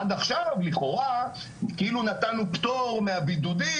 עד עכשיו לכאורה כאילו נתנו פטור מהבידודים,